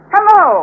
Hello